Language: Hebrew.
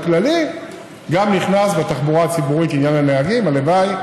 זה עניין ממש שולי וזניח.